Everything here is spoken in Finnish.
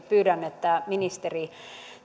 pyydän että ministeri